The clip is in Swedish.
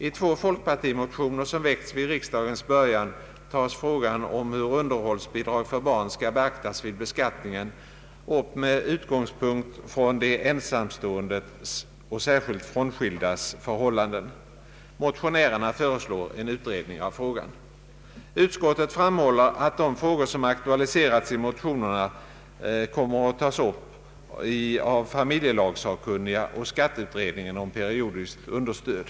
I två folkpartimotioner, som väckts vid riksdagens början, tas frågan upp om hur underhållsbidrag för barn skall beaktas vid beskattningen med utgångspunkt i de ensamståendes, särskilt de frånskildas, förhållanden. Motionärerna föreslår en utredning av frågan. Utskottet framhåller att de frågor som aktualiserats i motionerna kommer att tas upp av familjelagsakkunniga och skatteutredningen om periodiskt understöd.